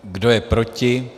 Kdo je proti?